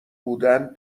بودن